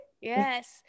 yes